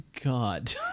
God